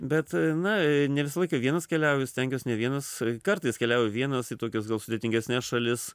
bet na ne visą laiką vienas keliauju stengiuos ne vienas kartais keliauju vienas į tokias gal sudėtingesnes šalis